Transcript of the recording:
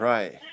Right